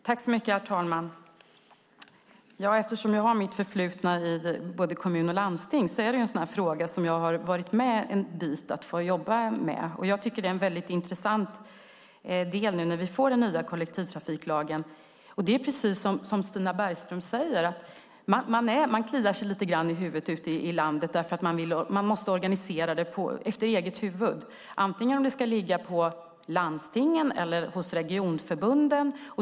Herr talman! Eftersom jag har mitt förflutna i kommun och landsting är det här en fråga som jag har varit med om och fått jobba med. Jag tycker att den är mycket intressant nu när vi får den nya kollektivtrafiklagen. Precis som Stina Bergström säger kliar man sig lite grann i huvudet ute i landet därför att man måste organisera det hela efter eget huvud. Ska det ligga på landstingen eller hos regionförbunden?